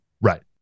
right